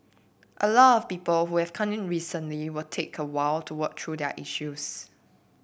a lot of people who have come in recently will take a while to work through their issues